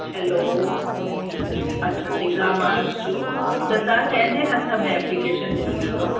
hello अच्छा तेरहं मार्च जो त तव्हां कंहिंजे हथ में एप्लीकेशन ॾिनी हुयव